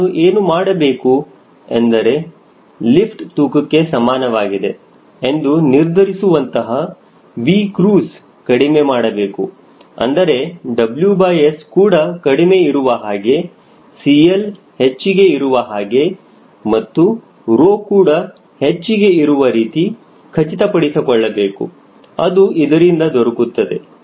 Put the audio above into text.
ನಾನು ಏನು ಮಾಡಬೇಕು ಎಂದರೆ ಲಿಫ್ಟ್ ತೂಕಕ್ಕೆ ಸಮಾನವಾಗಿದೆ ಎಂದು ನಿರ್ಧರಿಸುವಂತಹ 𝑉cruice ಕಡಿಮೆ ಮಾಡಬೇಕು ಅಂದರೆ WS ಕೂಡ ಕಡಿಮೆ ಇರುವ ಹಾಗೆ 𝐶L ಹೆಚ್ಚಿಗೆ ಇರುವ ಹಾಗೆ ಮತ್ತು ರೊ ಕೂಡ ಹೆಚ್ಚಿಗೆ ಇರುವ ರೀತಿ ಖಚಿತಪಡಿಸಿಕೊಳ್ಳಬೇಕು ಅದು ಇದರಿಂದ ದೊರಕುತ್ತದೆ